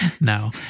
No